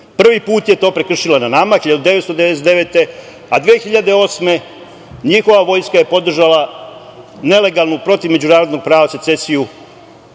prvi put je to prekršila na nama 1999. godine, a 2008. njihova vojska je podržala nelegalnu protiv međunarodnog prava secesiju